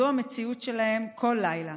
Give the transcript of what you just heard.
זו המציאות שלהם כל לילה.